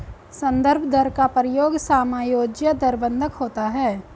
संदर्भ दर का प्रयोग समायोज्य दर बंधक होता है